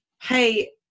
Hey